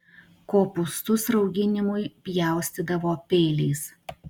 kopūstus rauginimui pjaustydavo peiliais